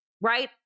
right